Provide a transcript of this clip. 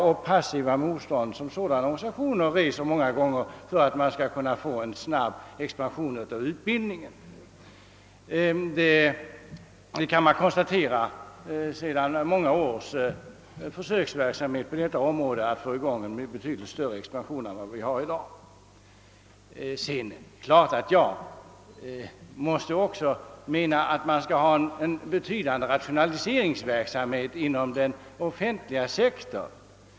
Vi kan konstatera att det under många år förekommit en försöksverksamhet i syfte att få till stånd en större expansion på detta område än den vi har i dag. Naturligtvis anser jag också att det skall bedrivas en betydande rationaliseringsverksamhet inom den offentliga sektorn.